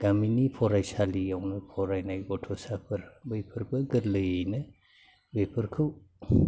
गामिनि फरायसालियावनो फरायनाय गथ'साफोर बैफोरबो गोरलैयैनो बेफोरखौ